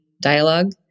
dialogue